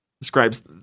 describes